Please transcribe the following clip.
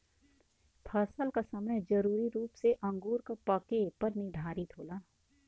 फसल क समय जरूरी रूप से अंगूर क पके पर निर्धारित होला